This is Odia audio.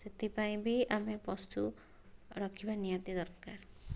ସେଥିପାଇଁ ବି ଆମେ ପଶୁ ରଖିବା ନିହାତି ଦରକାର